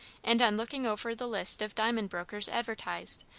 and on looking over the list of diamond brokers advertised,